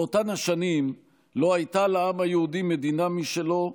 באותן שנים לא הייתה לעם היהודי מדינה משלו,